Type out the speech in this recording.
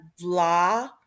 blah